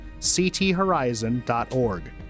cthorizon.org